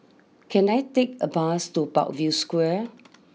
can I take a bus to Parkview Square